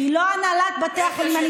היא לא הנהלת בתי חולים.